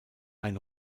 ein